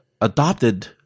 adopted